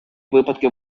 випадки